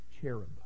cherub